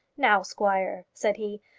now, squire, said he,